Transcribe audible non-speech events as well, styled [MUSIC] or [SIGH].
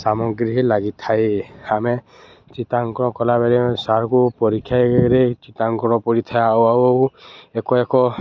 ସାମଗ୍ରୀ ଲାଗିଥାଏ ଆମେ ଚିତ୍ରାଙ୍କନ କଲାବେଳେ ସାର୍କୁ ପରୀକ୍ଷାରେ ତାଙ୍କର [UNINTELLIGIBLE] ଆଉ ଆଉ ଏକ ଏକ